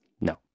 No